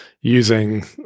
using